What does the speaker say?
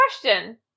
question